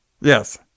Yes